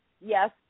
Yes